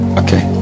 okay